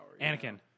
Anakin